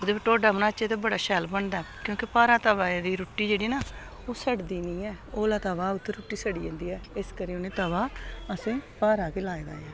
ओह्दे बी टोडा बनाचै ते बड़ा शैल बनदा ऐ क्योंकि भारा तवे दी रुट्टी जेह्ड़ी ना ओह् सड़दी निं ऐ होला तवा उत्थै रुट्टी सड़ी जंदी ऐ इस कर उ'नें तवा असें भारा गै लाए दा ऐ